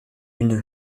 une